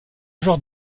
genre